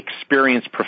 experienced